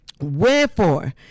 Wherefore